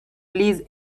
please